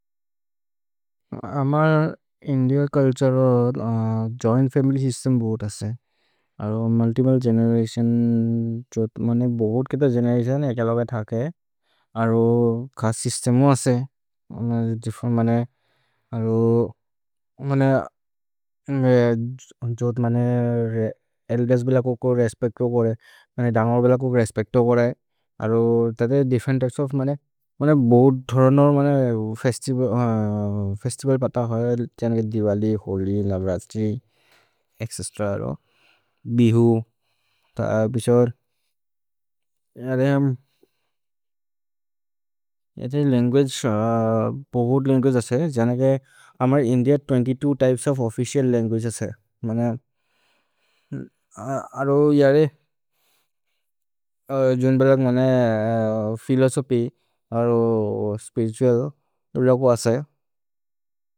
अमर् Indian culture joint family system बहुत् असे। मुल्तिप्ले गेनेरतिओन्, बोहोत् कित गेनेरतिओन् एक् अलग थके। अरो खस् स्य्स्तेमु असे। एल्देर्स् बिल कोको रेस्पेच्त् को कोरे। दमर् बिल कोको रेस्पेच्त् को कोरे। अरो तते दिफ्फेरेन्त् त्य्पेस् ओफ् मने। भोहोत् धरन् और् फेस्तिवल् पत होइ। दिवलि, होलि, नव्रज्ति, एत्च्। भिहु, बिश्वर्। एते लन्गुअगे, बोहोत् लन्गुअगे असे। अमर् इन्दिअ बीस दो त्य्पेस् ओफ् ओफ्फिचिअल् लन्गुअगे असे। अरो फिलोसोफ्य् और् स्पिरितुअल् लगु असे।